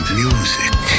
music